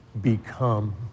become